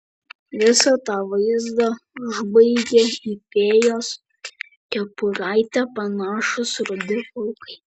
visą tą vaizdą užbaigė į fėjos kepuraitę panašūs rudi plaukai